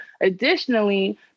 Additionally